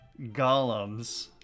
Golems